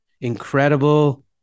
incredible